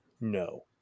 No